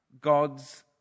God's